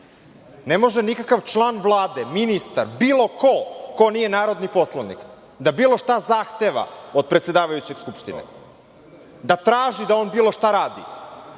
ne može nikakav član Vlade, ministar, bilo ko ko nije narodni poslanik, da bilo šta zahteva od predsedavajućeg Skupštine, da traži da on bilo šta radi? Po